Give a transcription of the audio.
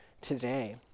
today